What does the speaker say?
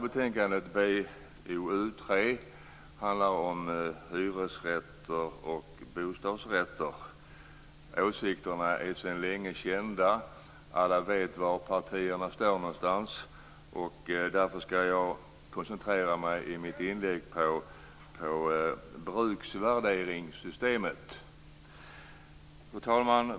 Betänkandet BoU3 handlar om hyresrätter och bostadsrätter. Åsikterna är sedan länge kända. Alla vet var partierna står någonstans. Därför skall jag i mitt inlägg koncentrera mig på bruksvärdessystemet. Fru talman!